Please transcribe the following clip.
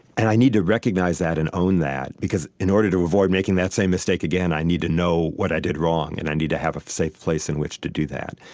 and i need to recognize that and own that, because in order to avoid making that same mistake again, i need to know what i did wrong. and i need to have a safe place in which to do that.